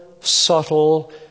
subtle